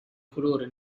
colore